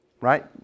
Right